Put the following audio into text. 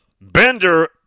Bender